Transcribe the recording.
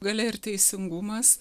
galia ir teisingumas